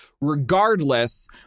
regardless